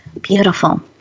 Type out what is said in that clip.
Beautiful